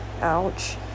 ouch